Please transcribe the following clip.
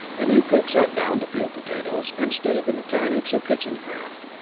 the new cook sat down to peel potatoes and study the mechanics of kitchencraft.